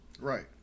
Right